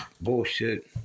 bullshit